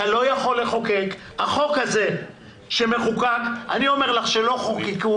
אני אומר לך שלא חוקקו